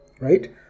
right